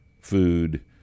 food